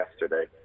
yesterday